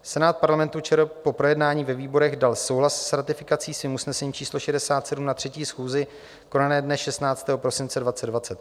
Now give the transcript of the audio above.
Senát Parlamentu ČR po projednání ve výborech dal souhlas s ratifikací svým usnesením číslo 67 na 3. schůzi, konané dne 16. prosince 2020.